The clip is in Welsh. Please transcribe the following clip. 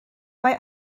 mae